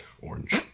Orange